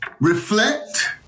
reflect